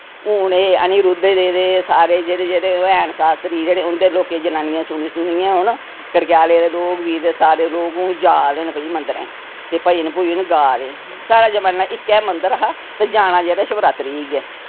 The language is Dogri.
हुन ए अनिरुद्धे दे ते सारे जेह्ड़े जेह्ड़े हैन शास्त्री जेह्ड़े उंदे लोकें जनानियें सुनी सुनियै हुन कड़गयाले दे लोक बी ते सारे लोक हुन जा दे न भई मंदरें ते भजन भुजन गा दे साढ़े जमानै इक्के मंदर हा ते जाना जेह्ड़ा शिवरात्रि गै